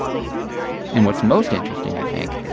and what's most interesting, i think,